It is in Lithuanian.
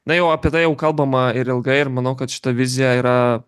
na jau apie tai jau kalbama ir ilgai ir manau kad šita vizija yra